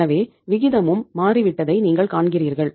எனவே விகிதமும் மாறிவிட்டதை நீங்கள் காண்கிறீர்கள்